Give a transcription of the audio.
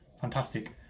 fantastic